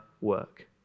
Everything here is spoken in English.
work